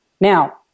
Now